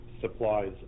supplies